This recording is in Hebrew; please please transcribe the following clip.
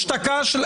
השתקה.